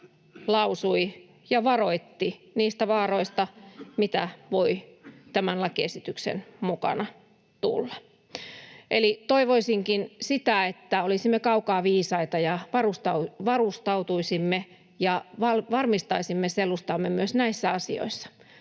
lausui ja varoitti niistä vaaroista, mitä voi tämän lakiesityksen mukana tulla. Toivoisinkin, että olisimme kaukaa viisaita ja varustautuisimme ja varmistaisimme selustamme myös näissä asioissa.